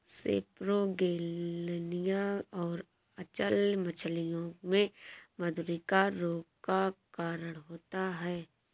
सेपरोगेलनिया और अचल्य मछलियों में मधुरिका रोग का कारण होता है